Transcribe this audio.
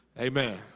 amen